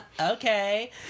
okay